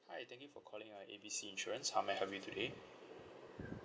hi thank you for calling uh A B C insurance how may I help you today